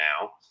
now